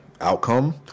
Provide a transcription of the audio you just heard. outcome